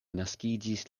naskiĝis